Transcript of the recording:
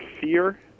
fear